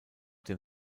dem